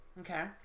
Okay